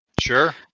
Sure